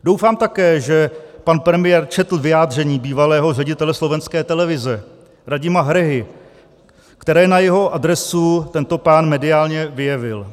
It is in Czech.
Doufám také, že pan premiér četl vyjádření bývalého ředitele slovenské televize Radima Hrehy, které na jeho adresu tento pán mediálně vyjevil.